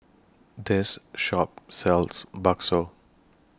This Shop sells Bakso